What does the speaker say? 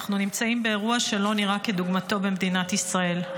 אנחנו נמצאים באירוע שלא נראה כדוגמתו במדינת ישראל.